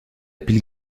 pile